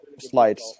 slides